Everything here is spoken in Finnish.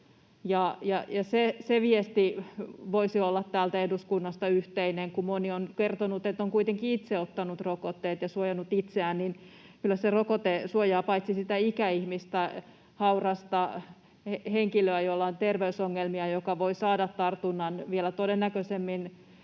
Se viesti voisi olla täältä eduskunnasta yhteinen, kun moni on kertonut, että on kuitenkin itse ottanut rokotteet ja suojannut itseään. Kyllä se rokote suojaa paitsi sitä ikäihmistä, haurasta henkilöä, jolla on terveysongelmia, joka voi saada tartunnan vielä todennäköisemmin,